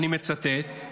אני מצטט: